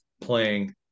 playing